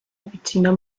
vicina